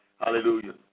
hallelujah